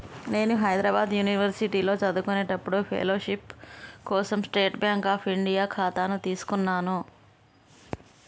నేను హైద్రాబాద్ యునివర్సిటీలో చదువుకునేప్పుడు ఫెలోషిప్ కోసం స్టేట్ బాంక్ అఫ్ ఇండియా ఖాతాను తీసుకున్నాను